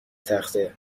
تخته